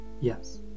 Yes